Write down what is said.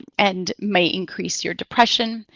and may increase your depression.